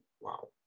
Wow